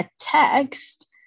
text